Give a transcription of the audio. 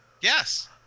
Yes